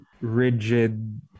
rigid